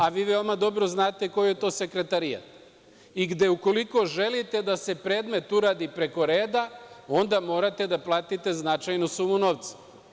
A, vi veoma dobro znate koji je to sekretarijat i gde, ukoliko želite da se predmet uradi preko reda, onda morate da platite značajnu sumu novca.